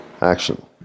action